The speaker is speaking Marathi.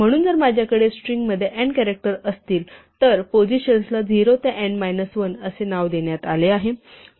म्हणून जर माझ्याकडे स्ट्रिंगमध्ये n कॅरॅक्टर असतील तर पोझिशन्सला 0 ते n मायनस 1 असे नाव देण्यात आले आहे